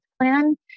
plan